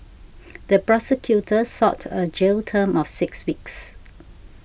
the prosecutor sought a jail term of six weeks